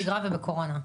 בשגרה ובקורונה.